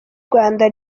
rwanda